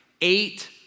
eight